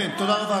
תודה רבה.